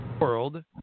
world